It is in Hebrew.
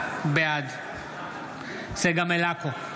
בעד צגה מלקו,